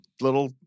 Little